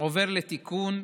עובר לתיקון: